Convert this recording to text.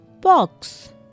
box